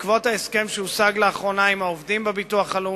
בעקבות ההסכם שהושג לאחרונה עם העובדים בביטוח הלאומי,